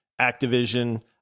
Activision